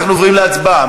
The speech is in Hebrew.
אנחנו עוברים להצבעה.